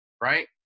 right